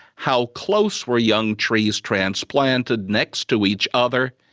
how close were young trees transplanted next to each other,